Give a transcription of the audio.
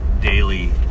daily